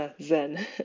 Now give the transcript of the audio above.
Zen